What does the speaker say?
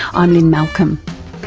i'm lynne malcolm.